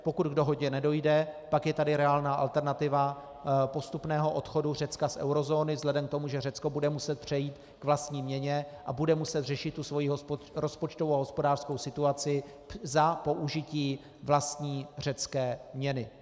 Pokud k dohodě nedojde, pak je tady reálná alternativa postupného odchodu Řecka z eurozóny vzhledem k tomu, že Řecko bude muset přejít k vlastní měně a bude muset řešit svoji rozpočtovou a hospodářskou situaci za použití vlastní řecké měny.